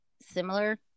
Similar